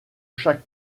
chaque